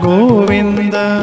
Govinda